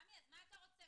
עמי, אז מה אתה רוצה?